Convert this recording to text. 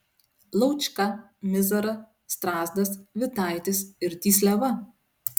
laučka mizara strazdas vitaitis ir tysliava